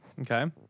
Okay